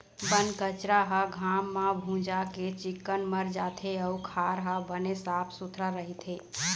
बन कचरा ह घाम म भूंजा के चिक्कन मर जाथे अउ खार ह बने साफ सुथरा रहिथे